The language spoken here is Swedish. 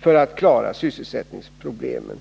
för att klara sysselsättningsproblemen.